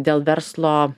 dėl verslo